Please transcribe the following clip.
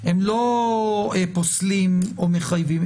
שהם לא פוסלים או מחייבים.